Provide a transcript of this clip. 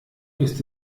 ist